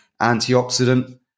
antioxidant